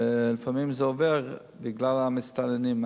ולפעמים זה עובר בגלל המסתננים.